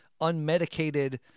unmedicated